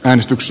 äänestys